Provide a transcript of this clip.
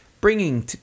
bringing